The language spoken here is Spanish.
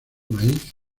maíz